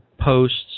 posts